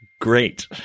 great